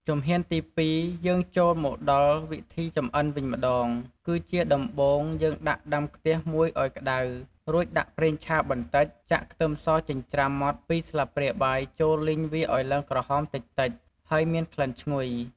ជំហានទីពីរ យើងចូលមកដល់វិធីចម្អិនវិញម្តង គឺជាដំបូងយើងដាក់ដាំខ្ទះមួយឲ្យក្តៅ រួចដាក់ប្រេងឆាបន្តិច ចាក់ខ្ទឹមសចិញ្រ្ចាំម៉ដ្ឋ ២ស្លាបព្រាបាយចូលលីងវាឲ្យឡើងក្រហមតិចៗហើយមានក្លិនឈ្ងុយ។